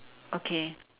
okay